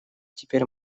теперь